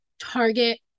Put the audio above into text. target